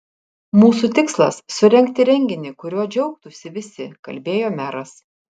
mūsų tikslas surengti renginį kuriuo džiaugtųsi visi kalbėjo meras